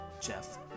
Jeff